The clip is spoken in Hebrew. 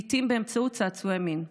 לעיתים באמצעות צעצועי מין.